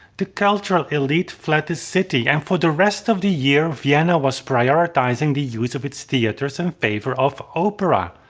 the cultural elite fled the city and for the rest of the year vienna was prioritizing the use of its theatres in favor of opera.